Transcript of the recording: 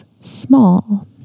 small